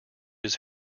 his